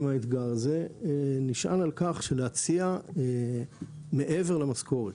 האתגר הזה נשען על כך שנציע מעבר למשכורת,